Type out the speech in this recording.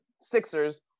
Sixers